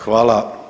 Hvala.